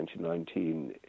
2019